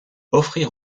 offrir